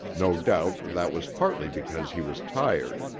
no doubt that was partly because he was tired,